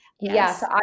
yes